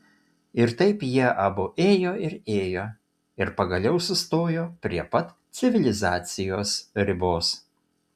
ir taip jie abu ėjo ir ėjo ir pagaliau sustojo prie pat civilizacijos ribos